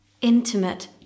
intimate